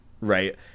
right